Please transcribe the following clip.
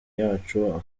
yacu